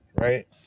right